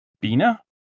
Bina